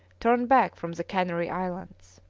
turned back from the canary islands.